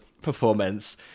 performance